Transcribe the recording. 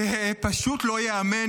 זה פשוט לא ייאמן,